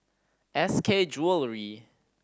S K Jewellery